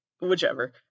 whichever